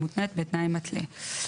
המותנית בתנאי מתלה.